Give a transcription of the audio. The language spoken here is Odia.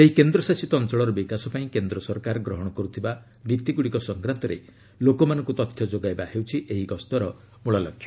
ସେହି କେନ୍ଦ୍ର ଶାସିତ ଅଞ୍ଚଳର ବିକାଶ ପାଇଁ କେନ୍ଦ୍ର ସରକାର ଗ୍ରହଣ କରୁଥିବା ନୀତିଗୁଡ଼ିକ ସଂକ୍ରାନ୍ତରେ ଲୋକମାନଙ୍କୁ ତଥ୍ୟ ଯୋଗାଇବା ହେଉଛି ଏହି ଗସ୍ତର ମୂଳ ଲକ୍ଷ୍ୟ